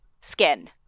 skin